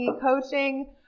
coaching